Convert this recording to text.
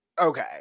okay